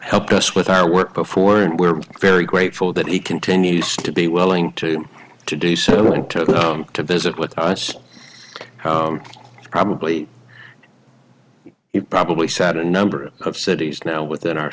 helped us with our work before and we're very grateful that he continues to be willing to to do so and to to visit with us probably it probably sat in a number of cities now within our